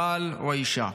הבעל או האישה.